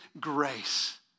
grace